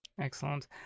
Excellent